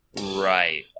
Right